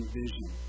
vision